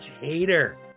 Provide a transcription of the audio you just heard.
hater